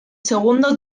segundo